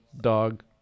dog